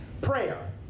Prayer